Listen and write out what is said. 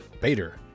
Bader